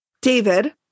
david